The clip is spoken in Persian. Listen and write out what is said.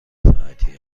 ساعتی